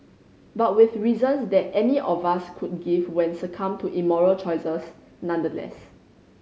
but with reasons that any of us could give when succumbed to immoral choices nonetheless